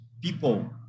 people